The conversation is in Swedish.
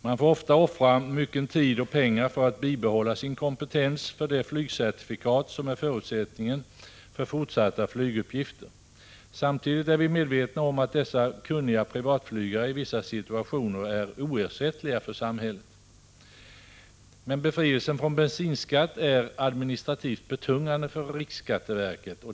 Man får ofta offra mycket tid och pengar för att bibehålla sin kompetens för det flygcertifikat som är förutsättningen för fortsatta flyguppgifter. Samtidigt är vi medvetna om att dessa kunniga privatflygare i vissa situationer är oersättliga för samhället. Men befrielsen från bensinskatt är administrativt betungande för riksskatteverket.